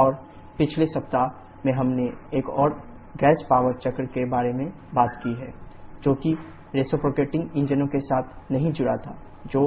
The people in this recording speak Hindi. और पिछले सप्ताह में हमने एक और गैस पॉवर चक्र के बारे में बात की है जो कि रेसिप्रोकेटिंग इंजनों के साथ नहीं जुड़ा था जो